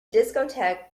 discotheque